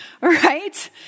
Right